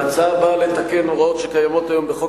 ההצעה באה לתקן הוראות שקיימות היום בחוק